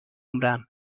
عمرم